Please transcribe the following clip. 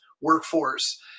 workforce